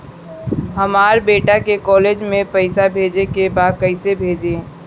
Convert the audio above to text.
हमर बेटा के कॉलेज में पैसा भेजे के बा कइसे भेजी?